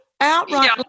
outright